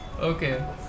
Okay